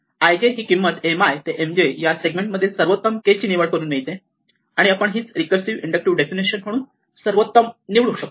Ij ही किंमत Mi ते Mj या सेगमेंट मधील सर्वोत्तम K ची निवड करून मिळते आणि आपण हीच रिकर्सिव्ह इंडक्टिव्ह डेफिनिशन वापरून सर्वोत्तम निवडू शकतो